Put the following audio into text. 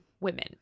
women